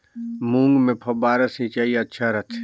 मूंग मे फव्वारा सिंचाई अच्छा रथे?